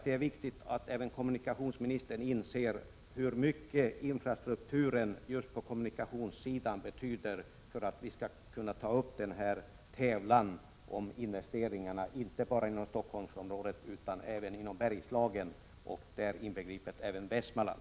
Det är viktigt att kommunikationsministern inser hur mycket infrastrukturen just på kommunikationssidan betyder för att vi skall kunna ta upp denna tävlan om investeringarna — inte bara inom Stockholmsområdet utan även inom Bergslagen, inbegripet Västmanland.